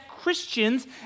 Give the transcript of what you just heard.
Christians